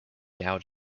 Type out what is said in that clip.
out